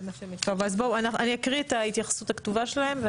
אני אקריא את ההתייחסות הכתובה שלהם,